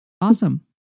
Awesome